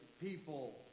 people